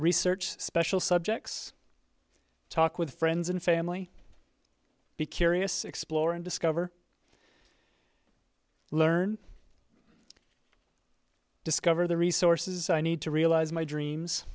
research special subjects talk with friends and family be curious explore and discover learn discover the resources i need to realize my dreams